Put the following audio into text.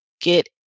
get